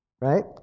Right